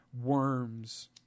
worms